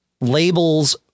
labels